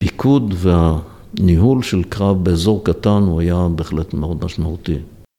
‫פיקוד והניהול של קרב באזור קטן ‫הוא היה בהחלט מאוד משמעותי.